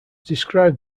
described